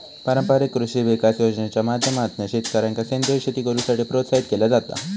पारंपारिक कृषी विकास योजनेच्या माध्यमातना शेतकऱ्यांका सेंद्रीय शेती करुसाठी प्रोत्साहित केला जाता